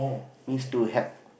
means to help